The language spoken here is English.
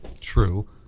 true